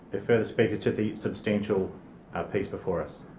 further speakers to the substantial piece before us?